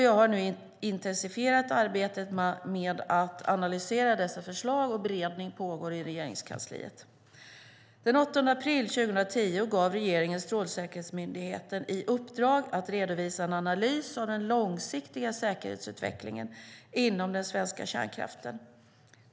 Jag har nu intensifierat arbetet med att analysera dessa förslag. Beredning pågår i Regeringskansliet. Den 8 april 2010 gav regeringen Strålsäkerhetsmyndigheten i uppdrag att redovisa en analys av den långsiktiga säkerhetsutvecklingen inom den svenska kärnkraften.